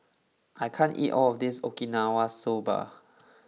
I can't eat all of this Okinawa Soba